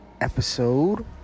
episode